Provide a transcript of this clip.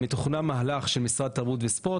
אנחנו ניתן את זכות הדיבור לחברי הכנסת שנמצאים איתנו.